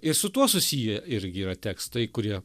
ir su tuo susiję irgi yra tekstai kurie